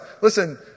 listen